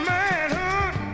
manhood